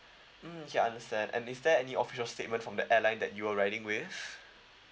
mm okay understand and is there any official statement from the airline that you were riding with